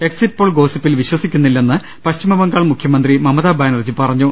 exit poll ഗോസിപ്പിൽ വിശ്വസിക്കുന്നില്ലെന്ന് Paschim Bangal മുഖ്യമന്ത്രി മമതാബാനർജി പറഞ്ഞു